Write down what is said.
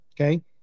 okay